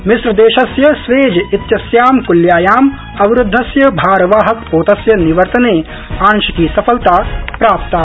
मिम्रदेशस्य Suez इत्यस्यां क्ल्यायाम् अवरूद्धस्य भारवाहक पोतस्य निवर्तने आंशिकी सफलता प्राप्ता